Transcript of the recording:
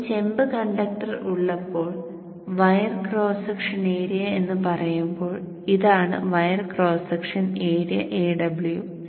ഒരു ചെമ്പ് കണ്ടക്ടർ ഉള്ളപ്പോൾ വയർ ക്രോസ് സെക്ഷൻ ഏരിയ എന്ന് പറയുമ്പോൾ ഇതാണ് wire cross section area Aw